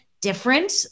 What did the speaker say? different